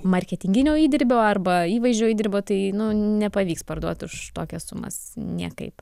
marketinginio įdirbio arba įvaizdžio įdirbio tai nepavyks parduot už tokias sumas niekaip